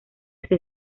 ese